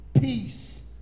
peace